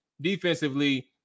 defensively